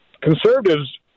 Conservatives